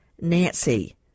nancy